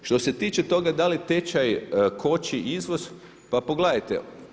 Što se tiče toga da li tečaj koči izvoz pa pogledajte.